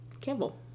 Campbell